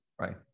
Right